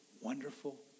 Wonderful